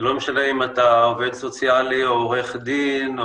לא משנה אם אתה עובד סוציאלי או עורך דין או